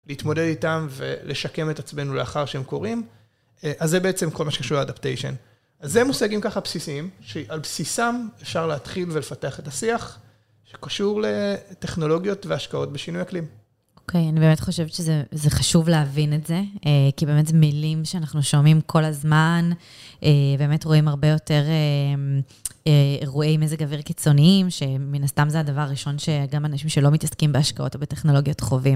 להתמודד איתם ולשקם את עצמנו לאחר שהם קורים, אז זה בעצם כל מה שקשור לאדפטיישן. אז זה מושגים ככה בסיסיים, שעל בסיסם אפשר להתחיל ולפתח את השיח, שקשור לטכנולוגיות והשקעות בשינוי אקלים. אוקיי, אני באמת חושבת שזה חשוב להבין את זה, כי באמת זה מילים שאנחנו שומעים כל הזמן, באמת רואים הרבה יותר אירועי מזג אוויר קיצוניים, שמן הסתם זה הדבר הראשון שגם אנשים שלא מתעסקים בהשקעות או בטכנולוגיות חווים.